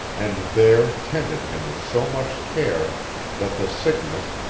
and there tended him with so much care that the sickness,